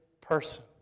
person